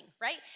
right